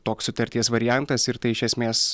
toks sutarties variantas ir tai iš esmės